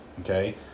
okay